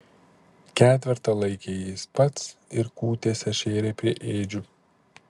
ketvertą laikė jis pats ir kūtėse šėrė prie ėdžių